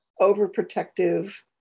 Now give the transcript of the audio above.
overprotective